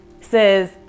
says